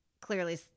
Clearly